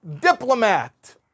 diplomat